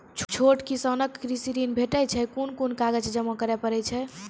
छोट किसानक कृषि ॠण भेटै छै? कून कून कागज जमा करे पड़े छै?